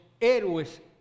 héroes